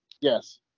Yes